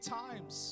times